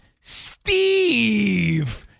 Steve